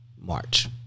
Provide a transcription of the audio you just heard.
March